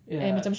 ya